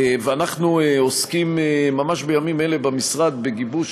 ואנחנו עוסקים ממש בימים אלה במשרד בגיבוש